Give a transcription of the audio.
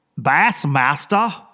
Bassmaster